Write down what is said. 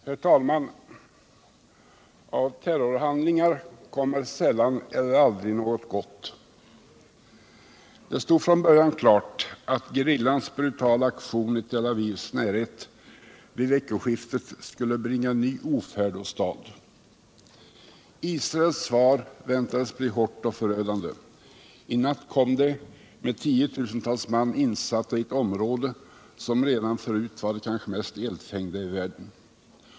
Herr talman! Av terrorhandlingar kommer sällan eller aldrig något gott. Det stod från början klart att gerillans brutala aktion i Tel Avivs närhet vid veckoskiftet skulle bringa ny ofärd åstad. Israels svar väntades bli hårt och förödande. I natt kom det med tiotusentals man insatta i ett område som redan förut kanske var det mest eldfängda i världen.